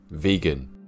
Vegan